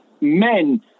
men